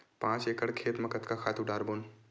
पांच एकड़ खेत म कतका खातु डारबोन?